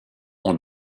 ont